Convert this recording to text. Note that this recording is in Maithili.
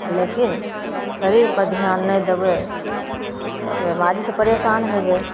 लेकिन शरीरपर धिआन नहि देबै तऽ बेमारीसे परेशान हेबै